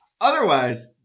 Otherwise